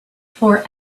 for